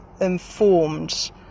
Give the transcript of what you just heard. informed